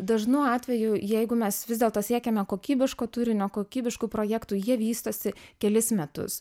dažnu atveju jeigu mes vis dėlto siekiame kokybiško turinio kokybiškų projektų jie vystosi kelis metus